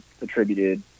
attributed